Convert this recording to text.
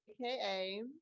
aka